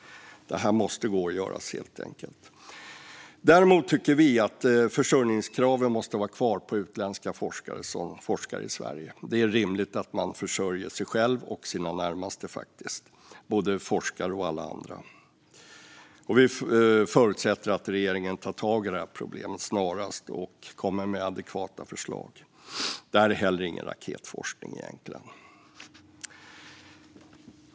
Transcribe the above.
Detta måste gå att göra. Däremot tycker vi att försörjningskraven på utländska forskare som forskar i Sverige måste vara kvar. Det är rimligt att man försörjer sig själv och sina närmaste. Det gäller både forskare och alla andra. Vi förutsätter att regeringen snarast tar tag i detta problem och kommer med adekvata förslag. Detta är egentligen inte heller någon raketforskning.